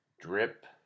drip